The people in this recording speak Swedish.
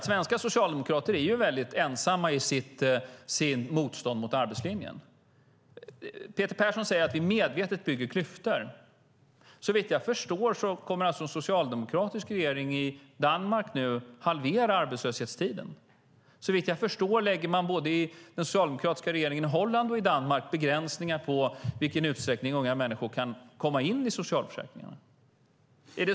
Svenska socialdemokrater är mycket ensamma i sitt motstånd mot arbetslinjen. Peter Persson säger att vi medvetet bygger klyftor. Såvitt jag förstår kommer alltså en socialdemokratisk regering i Danmark nu att halvera arbetslöshetstiden. Såvitt jag förstår lägger de socialdemokratiska regeringarna i Holland och Danmark fram begränsningar när det gäller i vilken utsträckning unga människor kan komma in i socialförsäkringarna.